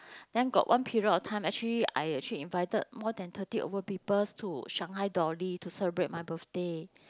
then got one period of time actually I actually invited more than thirty over peoples to Shanghai Dolly to celebrate my birthday